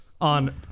on